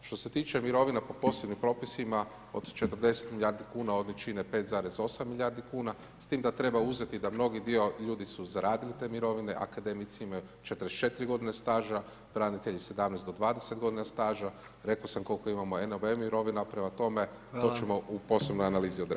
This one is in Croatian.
Što se tiče mirovina po posebnim propisima od 40 milijardi kuna, one čine 5,8 milijardi kuna s tim da treba uzeti da mnogi dio ljudi su zaradili te mirovine, Akademici imaju 44 godine staža, branitelji 17 do 20 godina staža, rekao sam koliko imamo NBO mirovina, prema tome [[Upadica: Hvala]] to ćemo u posebnoj analizi obraditi.